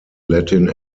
latin